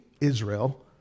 Israel